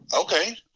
okay